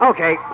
Okay